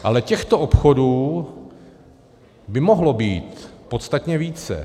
Ale těchto obchodů by mohlo být podstatně více.